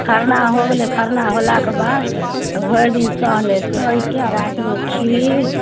खरना हो गेलै खरना होलाके बाद भरिदिन सहलै सहिकऽ रातिमे खीर